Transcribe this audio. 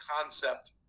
concept